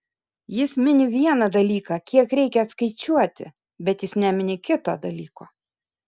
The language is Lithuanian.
jis mini vieną dalyką kiek reikia atskaičiuoti bet jis nemini kito dalyko